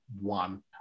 one